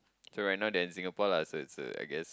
so right now they're in Singapore la so it's A_I guess